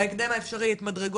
שהמשרד יעביר עד סוף 2021 את הסכומים